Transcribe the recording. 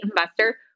investor